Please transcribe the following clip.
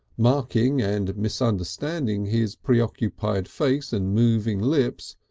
marking and misunderstanding his preoccupied face and moving lips,